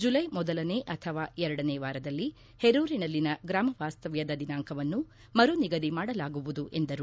July ಮೊದಲನೆ ಅಥವಾ ಎರಡನೇ ವಾರದಲ್ಲಿ ಹೆರೂರಿನಲ್ಲಿನ ಗ್ರಾಮವಾಸ್ತವ್ದದ ದಿನಾಂಕವನ್ನು ಮರುನಿಗದಿ ಮಾಡಲಾಗುವುದು ಎಂದರು